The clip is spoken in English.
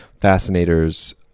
fascinators